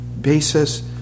basis